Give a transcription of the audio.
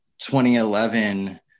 2011